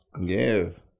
yes